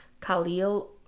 Khalil